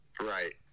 Right